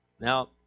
Now